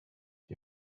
die